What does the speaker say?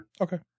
Okay